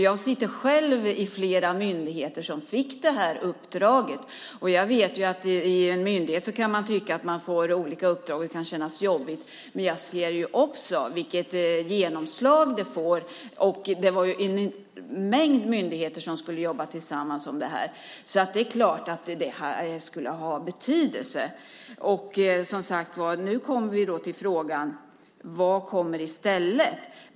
Jag sitter själv i flera av de myndigheter som fick detta uppdrag. Jag vet att man i en myndighet kan tycka att det känns jobbigt med de olika uppdrag man får, men jag ser också vilket genomslag detta fick. Det var en mängd myndigheter som skulle jobba tillsammans med detta. Det är klart att det skulle ha betydelse. Nu kommer vi till frågan: Vad kommer i stället?